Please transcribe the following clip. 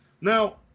Now